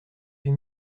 huit